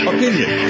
Opinion